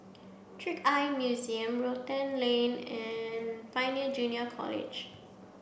Trick Eye Museum Rotan Lane and Pioneer Junior College